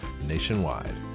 nationwide